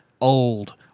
Old